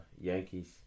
Yankees